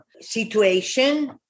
Situation